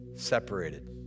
separated